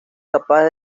capaz